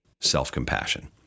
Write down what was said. self-compassion